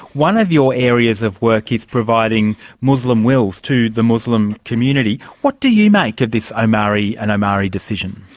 one of your areas of work is providing muslim wills to the muslim community. what do you make of this omari and omari decision?